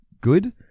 good